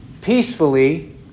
peacefully